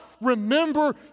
remember